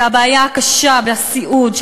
והבעיה הקשה בסיעוד,